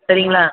சரிங்களா